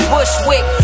Bushwick